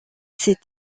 ces